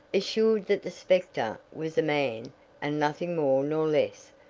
assured that the specter was a man and nothing more nor less,